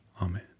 Amen